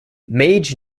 mage